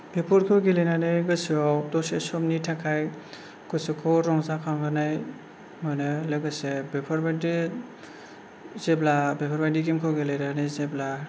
बेफोरखौ गेलेनानै गोसोआव दसे समनि थाखाय गोसोखौ रंजाखांहोनाय मोनो लोगोसे बेफोरबायदि जेब्ला बेफोरबायदि गेमखौ गेलेनानै जेब्ला